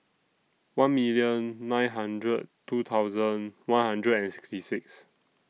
one million nine hundred two thousand one hundred and sixty six